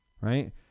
right